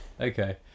Okay